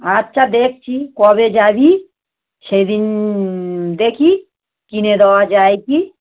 আচ্ছা দেখছি কবে যাবি সেদিন দেখি কিনে দেওয়া যায় কি